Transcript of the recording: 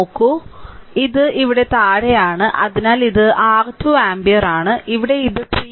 നോക്കൂ ഇത് ഇവിടെ താഴെയാണ് അതിനാൽ ഇത് r 2 ആമ്പിയർ ആണ് ഇവിടെ ഇത് 3 3 6Ω